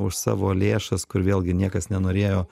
už savo lėšas kur vėlgi niekas nenorėjo